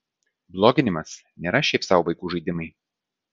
bloginimas nėra šiaip sau vaikų žaidimai